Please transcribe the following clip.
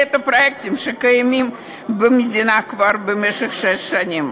את הפרויקטים שקיימים במדינה כבר במשך שש שנים.